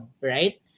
right